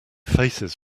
faces